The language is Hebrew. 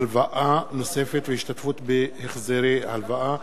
(הלוואה נוספת והשתתפות בהחזרי הלוואה),